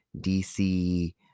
DC